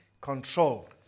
control